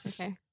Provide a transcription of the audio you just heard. okay